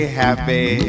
happy